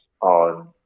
on